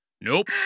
Nope